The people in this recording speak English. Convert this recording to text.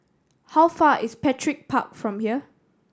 how far is Petir Park from here